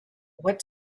what